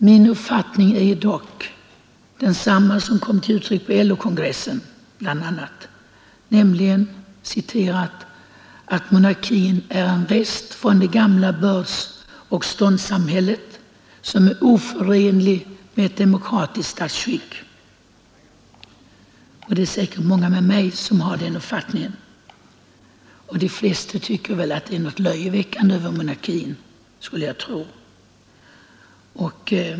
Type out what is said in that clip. Min uppfattning är dock densamma som kom till uttryck bl.a. på LO-kongressen, nämligen att monarkin ”är en rest från det gamla bördsoch ståndssamhället som är oförenlig med ett demokratiskt statsskick”. Det är säkert många med mig som har den uppfattningen, och de flesta tycker väl, skulle jag tro, att det är något löjeväckande över monarkin.